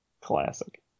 Classic